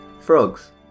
Frogs